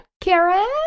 Karen